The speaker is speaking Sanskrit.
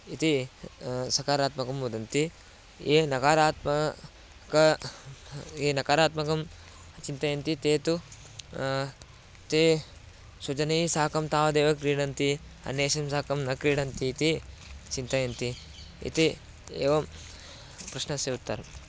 इति सकारात्मकं वदन्ति ये नकारात्माकं ये नकारात्मकं चिन्तयन्ति ते तु ते स्वजनैः साकं तावदेव क्रीडन्ति अन्येषां साकं न क्रीडन्ति इति चिन्तयन्ति इति एवं प्रश्नस्य उत्तरम्